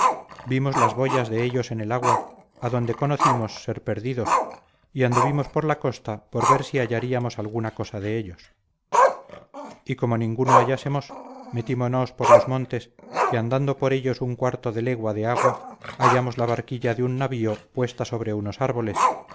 vimos las boyas de ellos en el agua adonde conocimos ser perdidos y anduvimos por la costa por ver si hallaríamos alguna cosa de ellos y como ninguno hallásemos metímonos por los montes y andando por ellos un cuarto de legua de agua hallamos la barquilla de un navío puesta sobre unos árboles